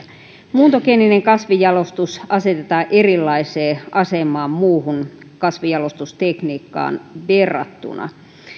muuntogeeninen kasvinjalostus asetetaan erilaiseen asemaan muuhun kasvinjalostustekniikkaan verrattuna